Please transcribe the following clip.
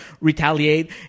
retaliate